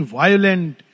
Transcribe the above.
violent